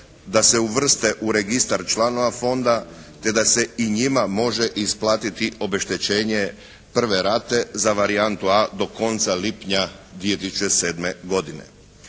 da se uvrste u registar članova fonda, te da se i njima može isplatiti obeštećenje prve rate za varijantu A do konca lipnja 2007. godine.